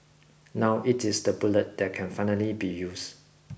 now it is the bullet that can finally be used